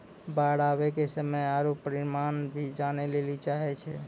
बाढ़ आवे के समय आरु परिमाण भी जाने लेली चाहेय छैय?